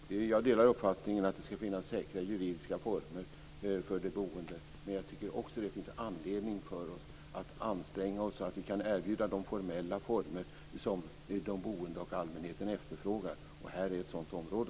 Fru talman! Jag delar uppfattningen att det skall finnas säkra juridiska former för de boende, men jag tycker också att det finns anledning för oss att anstränga oss så att vi kan erbjuda de formella former som de boende och allmänheten efterfrågar. Här är ett sådant område.